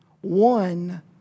one